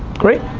great.